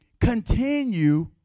Continue